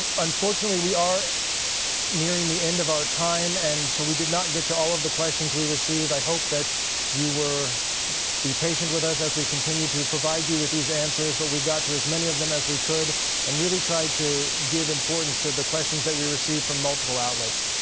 unfortunately, we are nearing the end of our time and so we did not get to all of the questions we received. i hope that you will be patient with us as we continue to provide you with these answers, but we got to as many of them as we could and really tried to give importance to the questions that we received from multiple outlets.